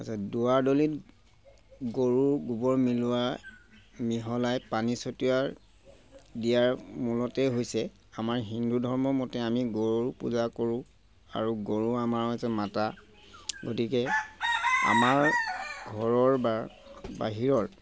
আচ্ছা দুৱাৰ দলিত গৰুৰ গোবৰ মিলোৱা মিহলাই পানী ছটিওৱাৰ দিয়াৰ মূলতেই হৈছে আমাৰ হিন্দু ধৰ্মৰ মতে আমি গৰু পূজা কৰোঁ আৰু গৰু আমাৰ হৈছে মাতা গতিকে আমাৰ ঘৰৰ বা বাহিৰত